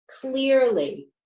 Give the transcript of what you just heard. clearly